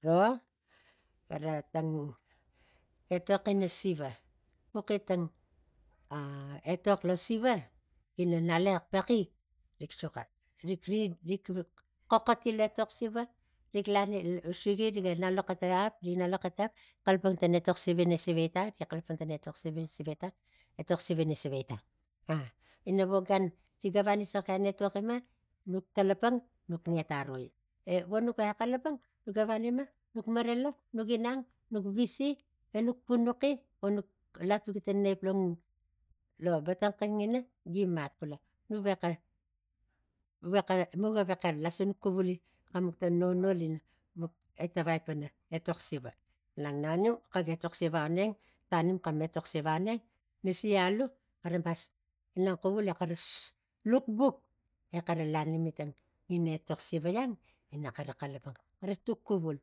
Okai giro gara tang etok ina siva puxi tang a etok lo siva ina ngalaxex paxik rik suxa rik- rik- rik xokoti lo etok siva rik nang lo xetaap nang lo exta ap rik xalapang pana etok siva ina siva tnag etok siva ina siva tang ah ina vo gan ri gavari so kain etok gime nuk xalapang muk nget aroi e vonuk nexa xalapang gi favari gima nuk marala nuk inang nuk visi enuk punaci vo nuk latuki ta naip lo lo batang xangina gi mat xuia nu vexa nuga vexa iasinuk xuvuli xen tang nonoi ina nuk etavai pana ngetok siva malan naniu xak etok siva au aneng tanim xan etok siva aneng nasi alu xara mas minang xuvui e xara mas lukbuk e xar alanimi tang ina etok siva ang ina xara xalapang xara tuk xuvul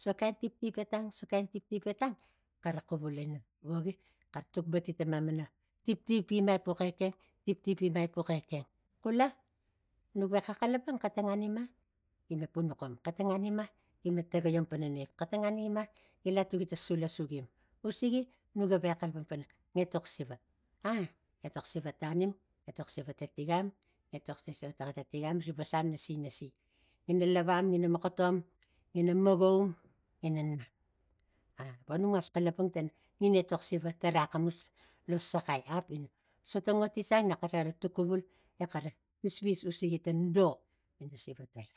so kain tiptip etangso kain tiptip etang xara kuvul ina vogi xara tuk bati ta mamana tiptip ima epux ekeng tiptip ima epux ekeng xula nu vexa xalapang xeta ngan ima gima punaxom eta ngan ima gima takaiom pana naip xeta ngan gima gima gi latuki ta sula sugim usigi nuga vexa xalapang pana ngetok siva a etok siva tanim etok siva te tigam na vasam e nasi ngina lavam ngina maxatom ngina makaum ngina nam a vo nu mas xalapang tana ngina etok siva tara axamus lo saxai ap ina sotangot gi san naxara xara tuk xuvul e xara visvis usigi tang do ina siva tara